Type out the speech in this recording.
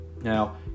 Now